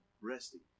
resting